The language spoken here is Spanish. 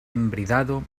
embridado